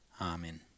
Amen